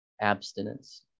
abstinence